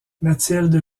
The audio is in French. mathilde